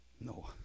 No